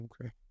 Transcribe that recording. Okay